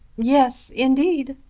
yes indeed.